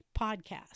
podcast